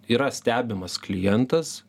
yra stebimas klientas